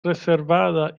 reservada